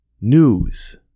news